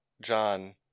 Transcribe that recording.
John